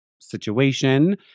situation